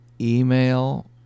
email